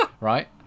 right